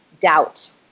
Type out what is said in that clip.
doubt